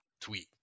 tweet